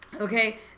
Okay